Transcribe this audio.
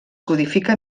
codifica